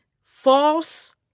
false